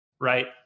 right